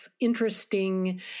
interesting